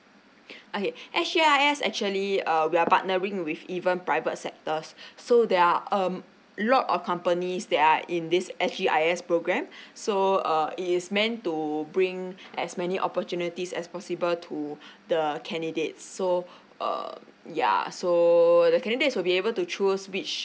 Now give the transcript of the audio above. okay S_G_I_S actually uh we are partnering with even private sector so there are um a lot of companies that are in this S_G_I_S programme so uh it is meant to bring as many opportunities as possible to the candidates so err ya so the candidates will be able to choose which